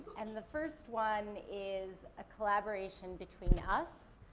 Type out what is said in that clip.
and the first one is a collaboration between us,